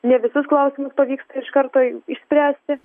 ne visus klausimus pavyksta iš karto išspręsti